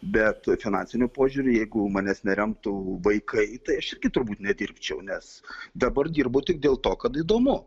bet finansiniu požiūriu jeigu manęs neremtų vaikai tai aš irgi turbūt nedirbčiau nes dabar dirbu tik dėl to kad įdomu